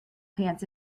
pants